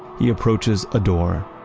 he approaches a door,